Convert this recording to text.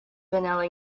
vanilla